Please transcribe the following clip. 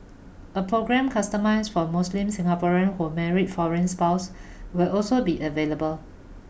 a programme customised for Muslim Singaporeans who marry foreign spouses will also be available